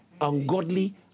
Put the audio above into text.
ungodly